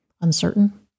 uncertain